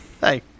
Hey